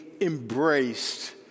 embraced